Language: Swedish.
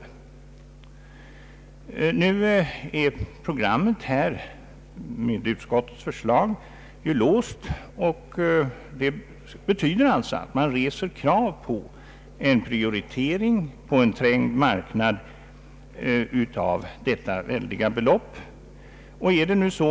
Nu är programmet enligt utskottets förslag låst, och det betyder att man reser krav på en prioritering av detta väldiga belopp på en trängd marknad.